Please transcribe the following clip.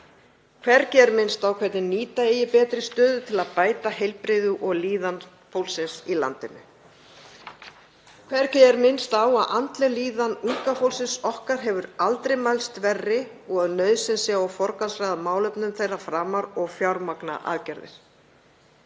Hvergi er minnst á hvernig nýta eigi betri stöðu til að bæta heilbrigði og líðan fólksins í landinu. Hvergi er minnst á að andleg líðan unga fólksins okkar hefur aldrei mælst verri og að nauðsyn sé á að forgangsraða málefnum þess framar og fjármagna aðgerðir.